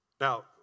Now